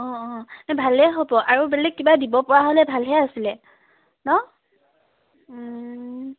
অঁ অঁ ভালেই হ'ব আৰু বেলেগ কিবা দিব পৰা হ'লে ভালহে আছিলে ন